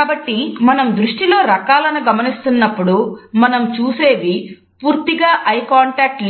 కాబట్టి మనం దృష్టిలో రకాలను గమనిస్తున్నప్పుడు మనం చూసేవి పూర్తిగా ఐ కాంటాక్ట్